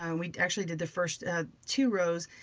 um we actually did the first two rows.